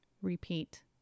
Repeat